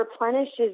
replenishes